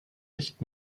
nicht